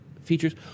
features